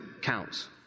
counts